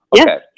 Okay